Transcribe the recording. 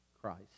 christ